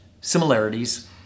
similarities